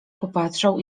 popatrzał